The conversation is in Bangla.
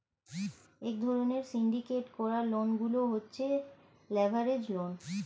এক ধরণের সিন্ডিকেট করা লোন গুলো হচ্ছে লেভারেজ লোন